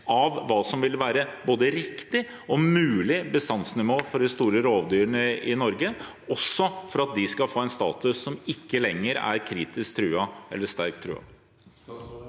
av hva som ville være både riktig og mulig bestandsnivå for de store rovdyrene i Norge, også for at de skal få en status som ikke lenger er «kritisk truet» eller «sterkt